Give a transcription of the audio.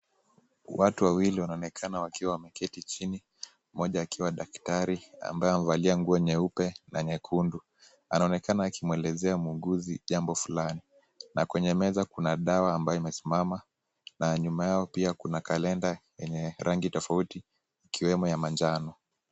Watu wawili wanaonekana wakiwa wameketi chini. Mmoja akiwa daktari ambaye amevalia nguo nyeupe na nyekundu. Anaonekana akimuelezea muuguzi jambo fulani na kwenye meza kuna dawa ambayo imesimama na nyuma yao pia kuna kalenda yenye rangi tofauti, ikiwemo ya manjano.